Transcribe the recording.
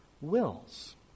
wills